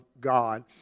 God